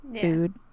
food